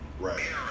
Right